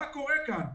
מה קורה כאן?